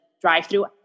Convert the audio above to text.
drive-through